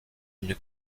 une